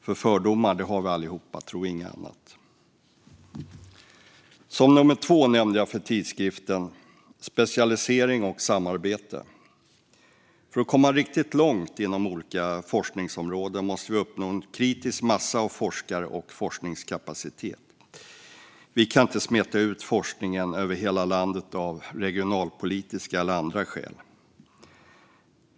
Fördomar har vi nämligen allihop, tro inget annat. Det andra som jag nämnde för tidskriften var specialisering och samarbete. För att komma riktigt långt inom olika forskningsområden måste vi uppnå en kritisk massa av forskare och forskningskapacitet. Vi kan inte smeta ut forskning över hela landet av regionalpolitiska skäl eller andra anledningar.